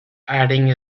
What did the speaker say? adding